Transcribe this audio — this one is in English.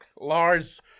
Lars